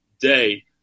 day